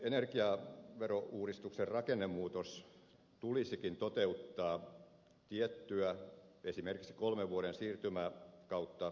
tällainen energiaverouudistuksen rakennemuutos tulisikin toteuttaa tiettyä esimerkiksi kolmen vuoden siirtymäkautta käyttäen